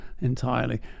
entirely